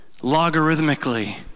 logarithmically